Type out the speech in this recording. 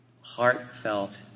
heartfelt